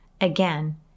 Again